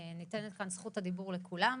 ניתנת כאן זכות הדיבור לכולם.